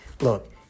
Look